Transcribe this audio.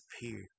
disappear